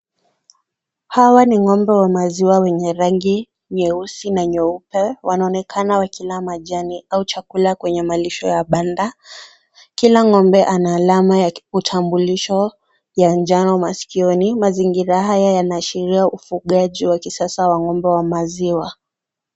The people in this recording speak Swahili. Hawa ni ng'ombe wa maziwa wenye rangi nyeusi na nyeupe. Wanaonekana wakila majani au chakula kwenye malisho ya banda. Kila ng'ombe ana alama ya utambulisho ya njano masikioni. Mazingira haya yanaashiria ufugaji wa kisasa wa ng'ombe wa maziwa.